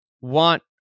want